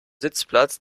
sitzplatz